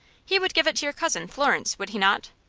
he would give it to your cousin, florence, would he not?